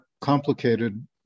complicated